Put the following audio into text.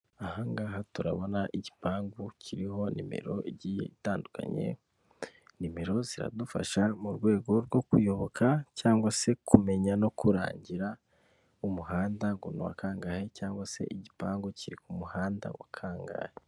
Aha ngaha turabona igipangu kiriho nimero igiye itandukanye, nimero ziradufasha mu rwego rwo kuyoboka cyangwa se kumenya no kurangira umuhanda ngo ni wa kangahe cyangwa se igipangu kiri ku muhanda wa kangahe?